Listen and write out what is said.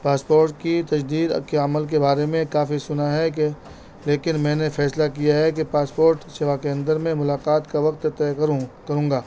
passport کی تجدید کے عمل کے بارے میں کافی سنا ہے کہ لیکن میں نے فیصلہ کیا ہے کہ پاسپورٹ سیوا کے اندر میں ملاقات کا وقت طے کروں کروں گا